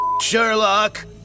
Sherlock